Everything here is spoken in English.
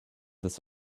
this